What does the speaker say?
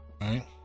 Right